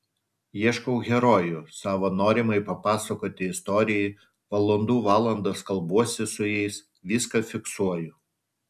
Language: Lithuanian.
ieškau herojų savo norimai papasakoti istorijai valandų valandas kalbuosi su jais viską fiksuoju